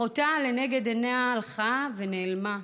אחותה, לנגד עיניה, הלכה ונעלמה.